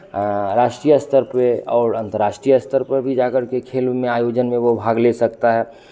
राष्ट्रीय स्तर पे और अंतर्राष्ट्रीय स्तर पर भी जा करके खेल उल में आयोजन में वो भाग ले सकता है